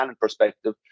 perspective